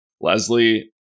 Leslie